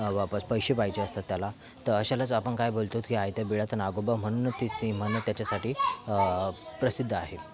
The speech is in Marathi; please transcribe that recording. वापस पैसे पाहिजे असतात त्याला तर अशालाच आपण काय बोलतो आहोत की आयत्या बिळात नागोबा म्हणूनच तीच ती म्हण त्याच्यासाठी प्रसिद्ध आहे